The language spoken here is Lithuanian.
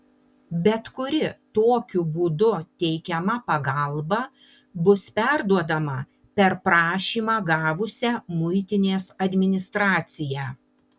bet kuri tokiu būdu teikiama pagalba bus perduodama per prašymą gavusią muitinės administraciją